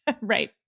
Right